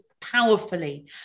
powerfully